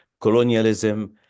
colonialism